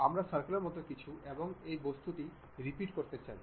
আমরা সার্কেলের মতো কিছু এবং এই বস্তুটি রিপিট করতে চাই